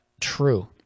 true